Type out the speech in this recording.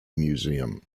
museum